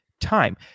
time